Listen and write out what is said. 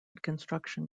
construction